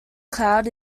cloud